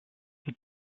the